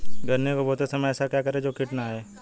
गन्ने को बोते समय ऐसा क्या करें जो कीट न आयें?